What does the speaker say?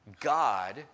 God